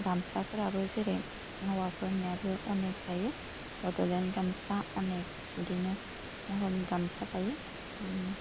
गामसाफ्राबो जेरै हौवाफोरनियाबो अनेक थायो बड'लेण्ड गामसा अनेख बिदिनो महरनि गामसा थायो बिदिनो